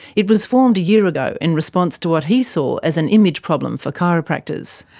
it was formed a year ago in response to what he saw as an image problem for chiropractors.